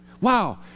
Wow